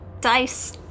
dice